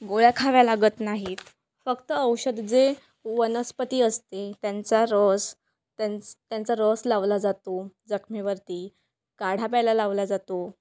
गोळ्या खाव्या लागत नाहीत फक्त औषध जे वनस्पती असते त्यांचा रस त्यांचा रस लावला जातो जखमेवरती काढा प्यायला लावला जातो